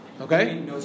Okay